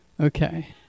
Okay